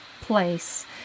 place